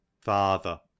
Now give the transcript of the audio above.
father